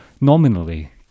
nominally